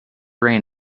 rain